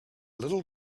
little